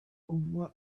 what